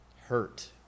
Hurt